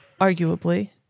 arguably